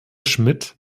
schmidt